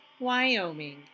Wyoming